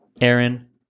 aaron